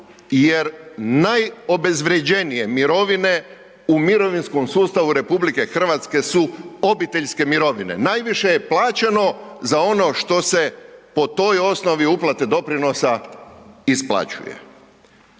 jer najobezvrjeđenije mirovine u mirovinskom sustavu RH su obiteljske mirovine. Najviše je plaćeno za ono što se po toj osnovi uplate doprinosa isplaćuje.